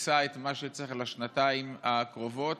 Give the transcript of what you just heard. ושכיסה את מה שצריך לשנתיים הקרובות,